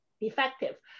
effective